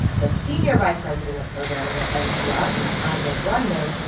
the senior vice president of programming at npr is anya grundmann.